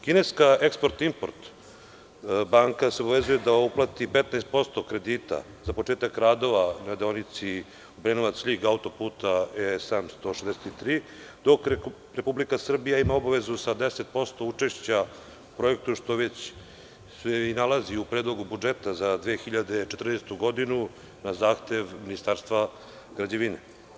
Kineska „Eksport import“ banka se obavezuje da uplati 15% kredita za početak radova na deonici autoputa E763 Obrenovac-Ljig, dok Republika Srbija ima obavezu sa 10% učešća u projektu, što se već nalazi u Predlogu budžeta za 2014. godinu, na zahtev Ministarstva građevine.